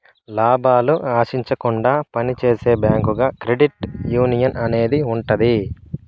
లాభాలు ఆశించకుండా పని చేసే బ్యాంకుగా క్రెడిట్ యునియన్ అనేది ఉంటది